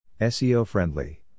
SEO-Friendly